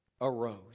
arose